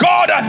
God